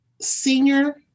senior